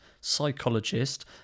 psychologist